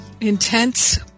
intense